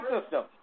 system